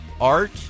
art